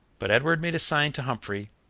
but edward made a sign to humphrey,